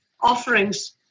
offerings